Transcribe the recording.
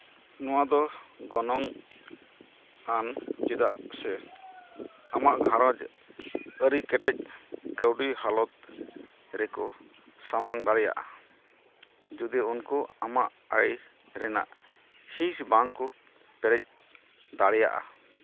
ᱱᱚᱣᱟ ᱫᱚ ᱜᱚᱱᱚᱝ ᱟᱱ ᱪᱮᱫᱟᱜ ᱥᱮ ᱟᱢᱟᱜ ᱜᱷᱟᱨᱚᱸᱡᱽ ᱟᱹᱨᱤ ᱠᱮᱴᱮᱡ ᱠᱟᱹᱣᱰᱤ ᱦᱟᱞᱚᱛ ᱨᱮᱠᱚ ᱥᱟᱢᱟᱝ ᱫᱟᱲᱮᱭᱟᱜᱼᱟ ᱡᱩᱫᱤ ᱩᱱᱠᱩ ᱟᱢᱟᱜ ᱟᱭ ᱨᱮᱱᱟᱜ ᱦᱤᱸᱥ ᱵᱟᱝ ᱠᱚ ᱯᱮᱨᱮᱡ ᱫᱟᱲᱮᱭᱟᱜᱼᱟ